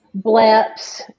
bleps